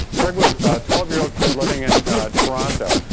craig was twelve year old kid living in toronto.